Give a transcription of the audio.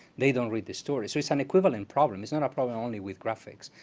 they don't read the story. so it's an equivalent problem. it's not our problem only with graphics.